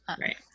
right